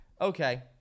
Okay